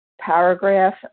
paragraph